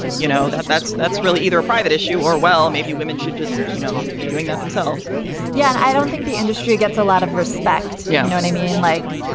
you know, that that's that's really either a private issue or, well, maybe women should just, you know, be doing that themselves yeah, i don't think the industry gets a lot of respect. you yeah know what i mean? like,